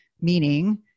meaning